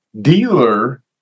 Dealer